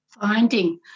finding